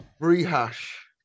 Rehash